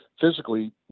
physically